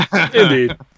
Indeed